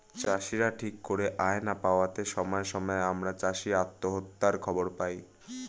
চাষীরা ঠিক করে আয় না পাওয়াতে সময়ে সময়ে আমরা চাষী আত্মহত্যার খবর পাই